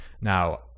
Now